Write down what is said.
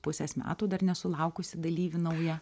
pusės metų dar nesulaukusį dalyvį naują